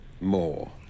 More